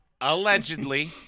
Allegedly